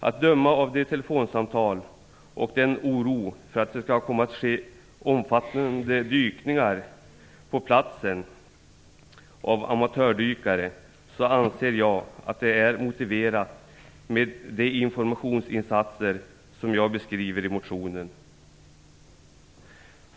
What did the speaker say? Att döma av telefonsamtal om oron för att det skall komma att ske omfattande dykningar på platsen av amatördykare anser jag att de informationsinsatser som jag beskriver i motionen är motiverade.